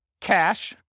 cash